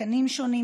מתקנים שונים,